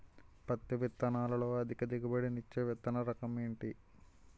పత్తి విత్తనాలతో అధిక దిగుబడి నిచ్చే విత్తన రకం ఏంటి?